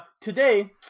today